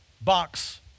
box